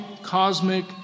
cosmic